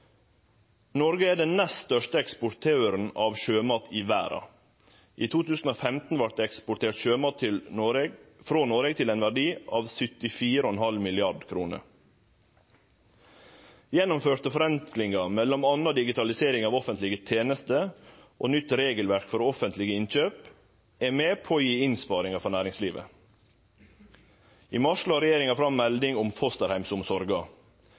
Noreg er den nest største eksportøren av sjømat i verda. I 2015 vart det eksportert sjømat frå Noreg til ein verdi av 74,5 mrd. kr. Gjennomførte forenklingar, m.a. digitalisering av offentlege tenester og nytt regelverk for offentlege innkjøp, er med på å gi innsparingar for næringslivet. I mars la regjeringa fram melding om fosterheimsomsorga.